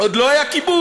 עוד לא היה כיבוש.